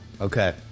Okay